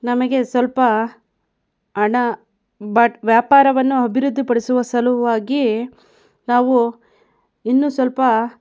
ನಮಗೆ ಸ್ವಲ್ಪ ಹಣ ಬಟ್ ವ್ಯಾಪಾರವನ್ನು ಅಭಿವೃದ್ಧಿ ಪಡಿಸುವ ಸಲುವಾಗಿ ನಾವು ಇನ್ನೂ ಸ್ವಲ್ಪ